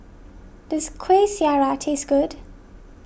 does Kuih Syara taste good